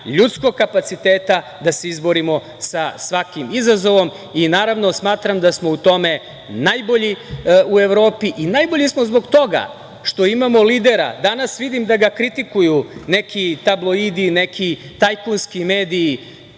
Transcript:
ljudskog kapaciteta da se izborimo sa svakim izazovom. Naravno, smatram da smo u tome najbolji u Evropi zbog toga što imamo lidera. Danas vidim da ga kritikuju neki tabloidi, neki tajkunski mediji,